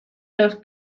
los